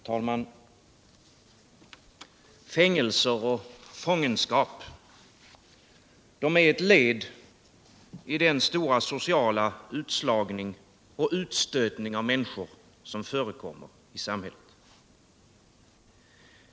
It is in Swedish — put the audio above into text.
Herr talman! Fängelser och fångenskap är ett led i den stora sociala utslagning och utstötning av människor som förekommer i samhället.